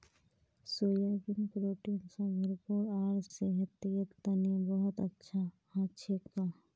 soybean protein स भरपूर आर सेहतेर तने बहुत अच्छा हछेक